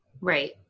Right